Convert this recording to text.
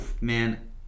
man